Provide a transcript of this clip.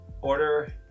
order